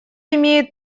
имеет